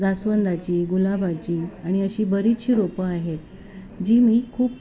जास्वंदाची गुलाबाची आणि अशी बरीचशी रोपं आहेत जी मी खूप